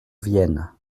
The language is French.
vienne